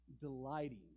delighting